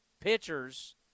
pitchers